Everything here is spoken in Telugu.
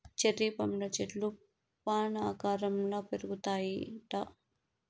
చెర్రీ పండ్ల చెట్లు ఫాన్ ఆకారంల పెరుగుతాయిట